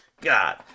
god